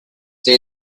day